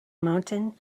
mountain